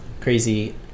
crazy